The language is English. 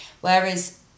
Whereas